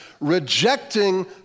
rejecting